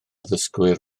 ddysgwyr